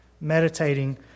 meditating